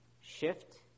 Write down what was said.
shift